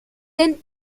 denn